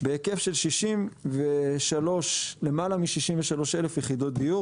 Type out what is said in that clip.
בהיקף של למעלה מ-63 אלף יחידות דיור.